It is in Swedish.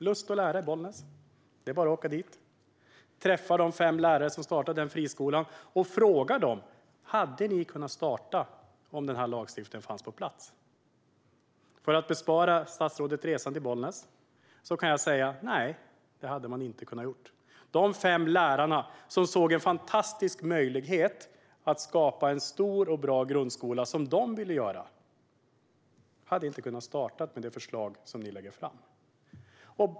Lust & Lära i Bollnäs - det är bara att åka dit, träffa de fem lärare som startat den friskolan och fråga dem: Hade ni kunnat starta om denna lagstiftning funnits på plats? För att bespara statsrådet resan till Bollnäs kan jag säga: Nej, det hade de inte kunnat göra. De fem lärarna, som såg en fantastisk möjlighet att skapa en stor och bra grundskola så som de ville hade inte kunnat starta den med det förslag ni lägger fram.